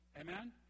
Amen